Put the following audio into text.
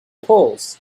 pulls